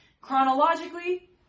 chronologically